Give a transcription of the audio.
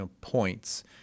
points